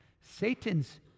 satan's